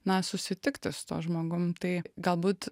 na susitikti su tuo žmogum tai galbūt